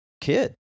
kid